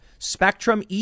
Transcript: Spectrum